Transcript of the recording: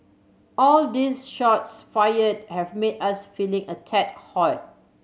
all these shots fired have made us feeling a tad hot